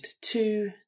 Two